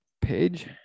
page